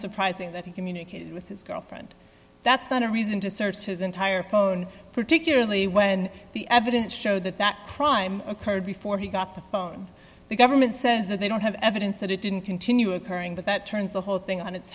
unsurprising that he communicated with his girlfriend that's not a reason to search his entire phone particularly when the evidence showed that that crime occurred before he got the phone the government says that they don't have evidence that it didn't continue occurring but that turns the whole thing on its